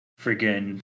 friggin